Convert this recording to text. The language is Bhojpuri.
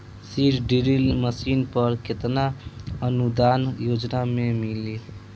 सीड ड्रिल मशीन पर केतना अनुदान योजना में मिली?